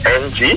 ng